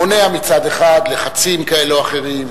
זה מונע מצד אחד לחצים כאלה או אחרים.